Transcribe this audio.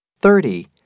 thirty